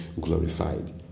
glorified